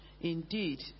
Indeed